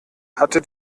hatte